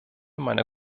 meiner